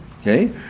Okay